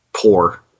poor